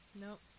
Nope